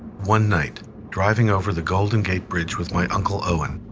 one night, driving over the golden gate bridge with my uncle owen,